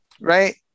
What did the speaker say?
right